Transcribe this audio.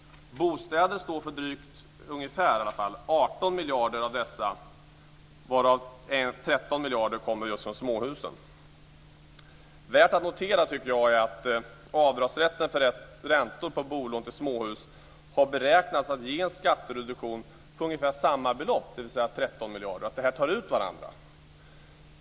Bostäder står för ungefär 18 miljarder av dessa, varav 13 miljarder kommer från småhusen. Det är värt att notera att avdragsrätten för räntor på bolån till småhus har beräknats ge en skattereduktion på ungefär samma belopp, dvs. 13 miljarder. De tar ut varandra.